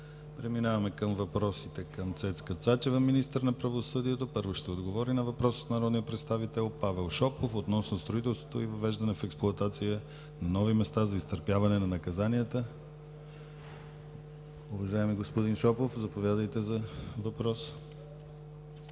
Преминаваме към въпросите към Цецка Цачева – министър на правосъдието. Първо, ще отговори на въпрос от народния представител Павел Шопов, относно строителството и въвеждане в експлоатация на нови места за изтърпяване на наказанията. Уважаеми господин Шопов, заповядайте за въпроса.